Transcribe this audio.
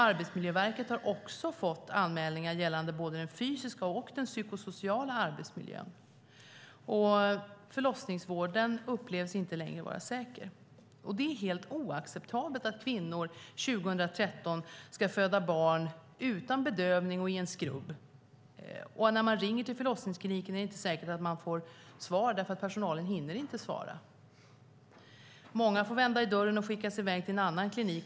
Arbetsmiljöverket har också fått anmälningar gällande både den fysiska och den psykosociala arbetsmiljön. Förlossningsvården upplevs inte längre vara säker. Det är helt oacceptabelt att kvinnor år 2013 ska föda barn utan bedövning och i en skrubb. När man ringer till förlossningskliniken är det inte säkert att man får svar eftersom personalen inte hinner svara. Många får vända i dörren och skickas i väg till en annan klinik.